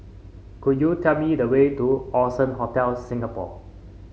could you tell me the way to Allson Hotel Singapore